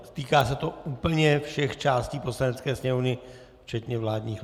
A týká se to úplně všech částí Poslanecké sněmovny včetně vládních lavic.